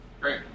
Great